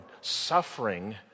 suffering